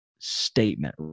statement